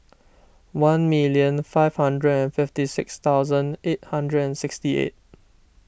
one million five hundred and fifty six thousand eight hundred and sixty eight